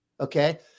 okay